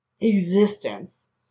existence